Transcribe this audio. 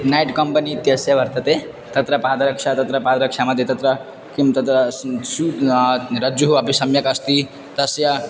night company इत्यस्य वर्तते तत्र पादरक्षा तत्र पादरक्षामध्ये तत्र किं तत्र रज्जुः अपि सम्यक् अस्ति तस्य